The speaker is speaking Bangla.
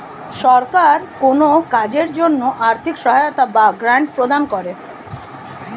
সরকার কোন কাজের জন্য আর্থিক সহায়তা বা গ্র্যান্ট প্রদান করে